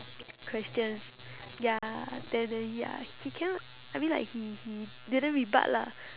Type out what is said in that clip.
question ya then then ya he cannot I mean like he he didn't rebut lah